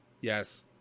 Yes